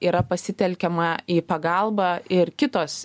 yra pasitelkiama į pagalbą ir kitos